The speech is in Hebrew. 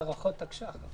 יש את הארכות תקש"ח.